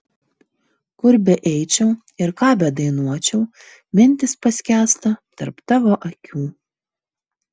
kur beeičiau ir ką bedainuočiau mintys paskęsta tarp tavo akių